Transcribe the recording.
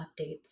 updates